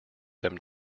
them